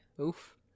Oof